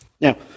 Now